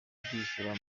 bwishyura